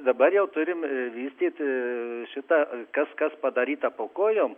dabar jau turim vystyt šitą kas kas padaryta po kojom